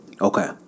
Okay